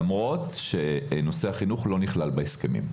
למרות שנושא החינוך לא נכלל בהסכמים.